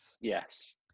Yes